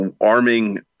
arming